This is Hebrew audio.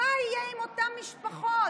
מה יהיה עם אותן משפחות